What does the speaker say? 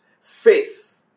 faith